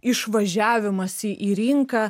išvažiavimas į rinką